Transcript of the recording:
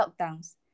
lockdowns